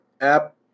app